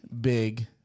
big